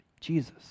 Jesus